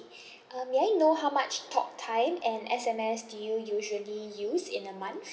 uh may I know how much talk time and S_M_S do you usually use in a month